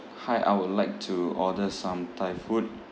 hi I would like to order some thai food